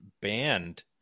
banned